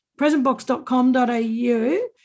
presentbox.com.au